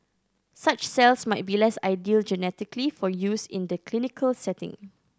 such cells might be less ideal genetically for use in the clinical setting